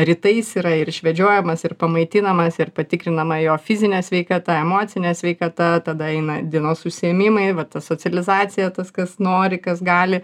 rytais yra ir išvedžiojamas ir pamaitinamas ir patikrinama jo fizinė sveikata emocinė sveikata tada eina dienos užsiėmimai va ta socializacija tas kas nori kas gali